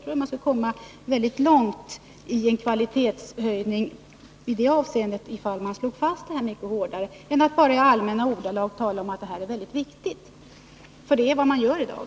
Jag tror att man skulle komma mycket långt i kvalitetshöjning här, ifall man slog fast medinflytandet hårdare i stället för att bara i allmänna ordalag tala om att det här är viktigt. Det är vad man gör i dag.